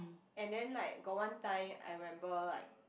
and then like got one time I remember like